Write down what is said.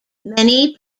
many